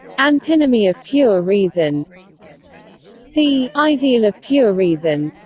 antinomy of pure reason c. ideal of pure reason